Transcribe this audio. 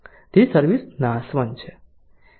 તેથી સર્વિસ નાશવંત છે